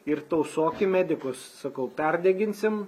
ir tausokim medikus sakau perdeginsim